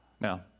Now